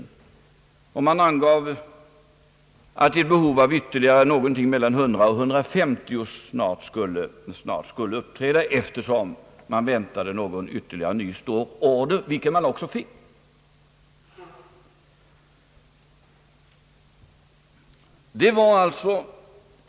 Man angav att ett behov av ytterligare mellan 100 och 150 personer snart skulle uppstå, eftersom man väntade någon ytterligare stor order, vilken man också fick.